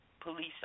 police